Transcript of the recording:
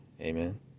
amen